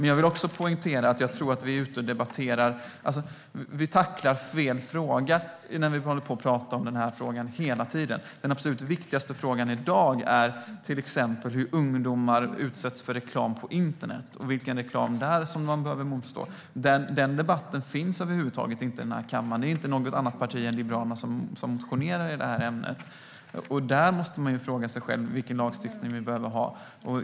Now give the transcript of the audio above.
Jag vill också poängtera att jag tror att vi hela tiden tacklar fel fråga när vi debatterar det här. Den absolut viktigaste frågan i dag är hur till exempel ungdomar utsätts för reklam på internet och vilken reklam där som man behöver motarbeta. Den debatten finns över huvud taget inte i den här kammaren. Det är inte något annat parti än Liberalerna som motionerar i det ämnet. Där måste man fråga sig själv vilken lagstiftning vi behöver ha.